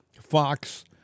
Fox